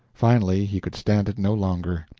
finally he could stand it no longer.